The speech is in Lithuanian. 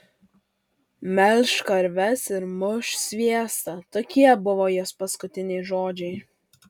melš karves ir muš sviestą tokie buvo jos paskutiniai žodžiai